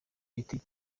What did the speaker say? ibiti